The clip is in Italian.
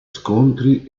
scontri